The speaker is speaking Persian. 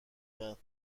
کرد